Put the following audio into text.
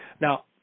Now